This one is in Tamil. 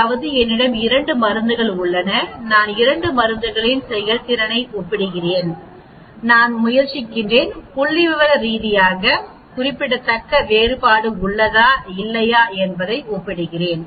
அதாவது என்னிடம் 2 மருந்துகள் உள்ளன நான் 2 மருந்துகளின் செயல்திறனை ஒப்பிடுகிறேன் நான் முயற்சிக்கிறேன் புள்ளிவிவர ரீதியாக குறிப்பிடத்தக்க வேறுபாடு உள்ளதா இல்லையா என்பதை ஒப்பிடுகிறேன்